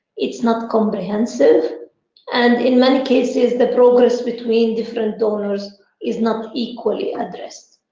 it is not comprehensive and in many cases the progress between different donors is not equally addressed.